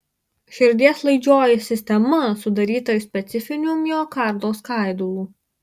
širdies laidžioji sistema sudaryta iš specifinių miokardo skaidulų